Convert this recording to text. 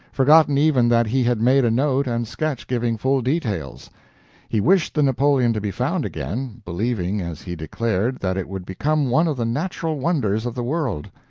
forgotten even that he had made a note and sketch giving full details he wished the napoleon to be found again, believing, as he declared, that it would become one of the natural wonders of the world.